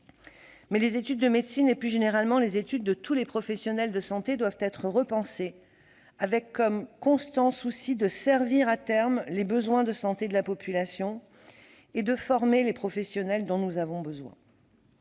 dit, les études de médecine et, plus généralement, les études de tous les professionnels de santé doivent être repensées, avec pour souci constant de servir à terme les besoins de santé de la population et de former les professionnels dont nous avons besoin.